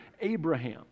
Abraham